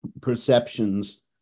perceptions